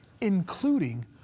including